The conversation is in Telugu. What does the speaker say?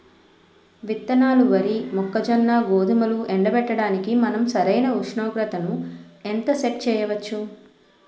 విత్తనాలు వరి, మొక్కజొన్న, గోధుమలు ఎండబెట్టడానికి మనం సరైన ఉష్ణోగ్రతను ఎంత సెట్ చేయవచ్చు?